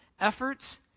efforts